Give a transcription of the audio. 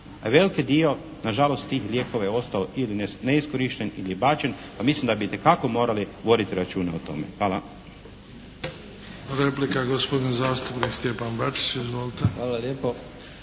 veliki dio na žalost tih lijekova je ostao ili neiskorišten ili bačen pa mislim da bi itekako morali voditi računa o tome. Hvala.